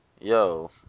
Yo